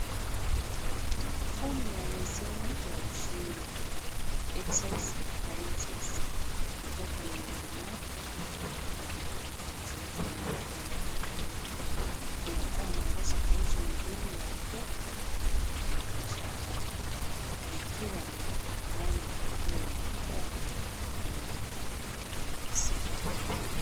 Fomu ya leseni ya ushuru, excise license kutoka mamlaka ya mapato mjini Kenya KRA. Inatoa maelezo kuhusu mdeni wa kodi na biashara yake ikiwa na anwani na tarehe ya kutoa na kumalizika.